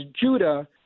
Judah